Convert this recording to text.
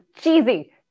Cheesy